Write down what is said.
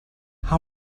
how